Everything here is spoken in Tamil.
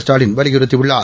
ஸ்டாலின் வலியுறத்தியுள்ளார்